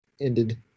ended